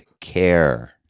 care